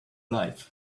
life